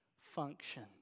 function